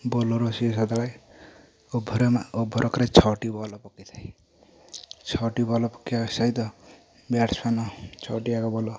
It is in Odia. ବୋଲର ସେ ସଦାବେଳେ ଓଭର ଓଭର କେ ଛଅଟି ବଲ ଛଅଟି ବଲ ପକେଇବାର ସହିତ ବ୍ୟାଟ୍ସମ୍ୟାନ ଛଅ ଟି ଯାକ ବଲ